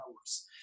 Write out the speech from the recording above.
hours